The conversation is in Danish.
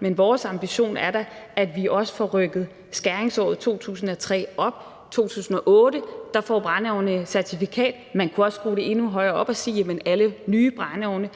men vores ambition er da, at vi også får rykket skæringsåret 2003 op. I 2008 fik brændeovne et certifikat. Man kunne også skrue det endnu højere op og sige, at alle nye brændeovne